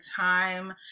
time